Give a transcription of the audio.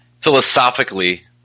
philosophically